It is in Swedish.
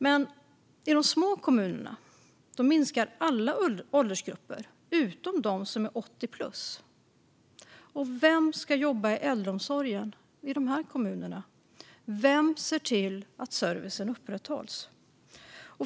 Men i de små kommunerna minskar alla åldersgrupper utom de som är 80 plus. Vem ska jobba i äldreomsorgen i de här kommunerna? Vem ser till att servicen upprätthålls?